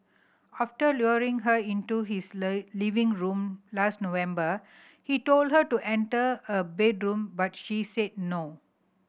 after luring her into his living room last November he told her to enter a bedroom but she said no